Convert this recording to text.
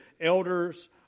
Elders